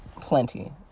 plenty